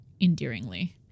endearingly